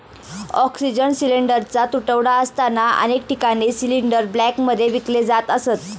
oxygen सिलिंडरचा तुटवडा असताना अनेक ठिकाणी सिलिंडर ब्लॅकमध्ये विकले जात असत